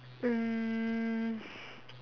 um